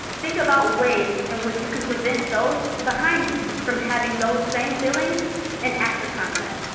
think about ways in which you can prevent those behind you from having those same feelings and act upon that.